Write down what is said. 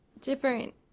Different